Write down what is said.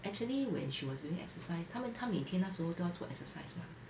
actually when she was doing exercise 他们她每天那时候都要做 exercise mah